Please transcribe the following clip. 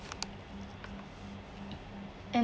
and